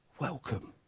welcome